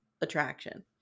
attraction